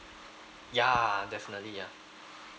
ya definitely ya